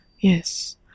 Yes